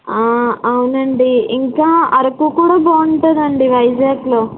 అవునండి ఇంకా అరకు కూడా బాగుంటుంది అండి వైజాగ్లో